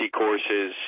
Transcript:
courses